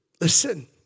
Listen